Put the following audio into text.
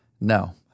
No